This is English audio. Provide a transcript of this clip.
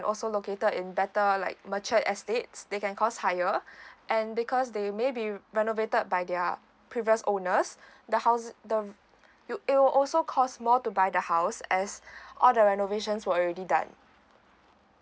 also located in better like mature estates they can cause higher and because they may be renovated by their previous owners the house the it will also cause more to buy the house as all the renovations were already done